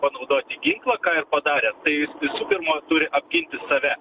panaudoti ginklą ką ir padarė tai jis visų pirma turi apginti save